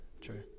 true